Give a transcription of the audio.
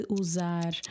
usar